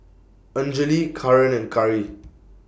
Anjali Kaaren and Karri